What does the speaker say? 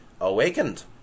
Awakened